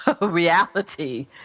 reality